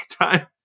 time